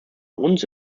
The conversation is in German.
uns